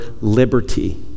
liberty